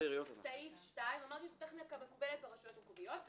סעיף 2 אמרתי שזו טכניקה מקובלת ברשויות מקומיות: